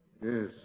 Yes